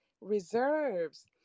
reserves